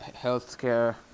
healthcare